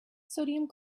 sodium